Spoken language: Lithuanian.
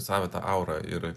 savitą aurą ir